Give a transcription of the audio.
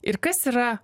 ir kas yra